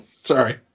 sorry